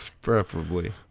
Preferably